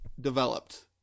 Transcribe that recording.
developed